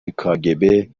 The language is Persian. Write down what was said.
کاگب